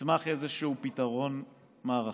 יצמח איזשהו פתרון מערכתי.